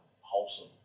wholesome